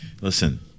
listen